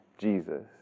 Jesus